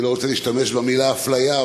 אני לא רוצה להשתמש במילה אפליה,